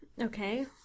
Okay